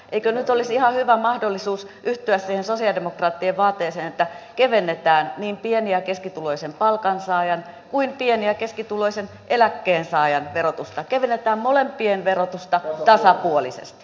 eikö nyt olisi ihan hyvä mahdollisuus yhtyä siihen sosialidemokraattien vaateeseen että kevennetään niin pieni ja keskituloisen palkansaajan kuin pieni ja keskituloisen eläkkeensaajan verotusta kevennetään molempien verotusta tasapuolisesti